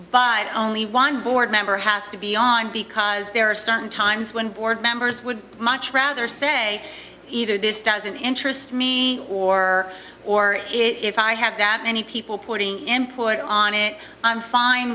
by only one board member has to be on because there are certain times when board members would much rather say either this doesn't interest me or or if i have that many people putting employed on it i'm fine